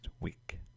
week